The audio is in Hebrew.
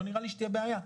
לא נראה לי שתהיה בעיה,